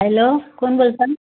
hello कोण बोलतं आहे